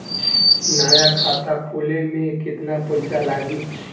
नया खाता खोले मे केतना पईसा लागि?